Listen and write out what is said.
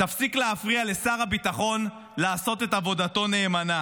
תפסיק להפריע לשר הביטחון לעשות את עבודתו נאמנה.